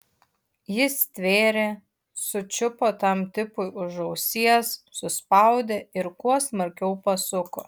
jis stvėrė sučiupo tam tipui už ausies suspaudė ir kuo smarkiau pasuko